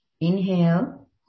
Inhale